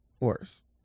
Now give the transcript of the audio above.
Worse